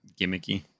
gimmicky